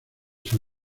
san